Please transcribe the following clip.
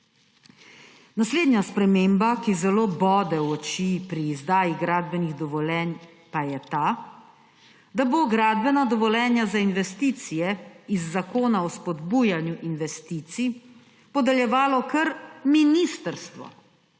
Naslednja sprememba, ki zelo bode v oči pri izdaji gradbenih dovoljenj, pa je ta, da bo gradbena dovoljenja za investicije iz Zakona o spodbujanju investicij podeljevalo kar ministrstvo